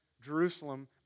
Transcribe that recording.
Jerusalem